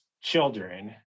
children